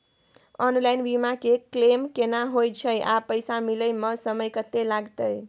Online बीमा के claim केना होय छै आ पैसा मिले म समय केत्ते लगतै?